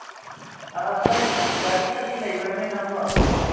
ꯑꯥ ꯅꯣꯏ ꯒꯥꯔꯤꯀꯥꯗꯤ ꯂꯩꯕ꯭ꯔꯥꯅꯦ ꯅꯪꯕꯣ